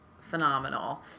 phenomenal